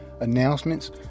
announcements